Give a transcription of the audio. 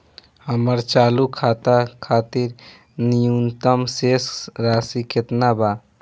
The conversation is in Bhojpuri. हमर चालू खाता खातिर न्यूनतम शेष राशि केतना बा?